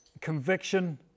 conviction